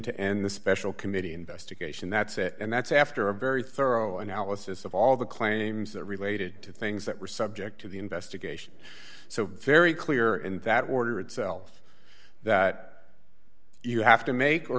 to end the special committee investigation that's it and that's after a very thorough analysis of all the claims that related to things that were subject to the investigation so very clear in that order itself that you have to make